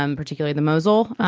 um particularly the mosel,